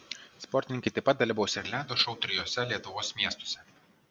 sportininkai taip pat dalyvaus ir ledo šou trijuose lietuvos miestuose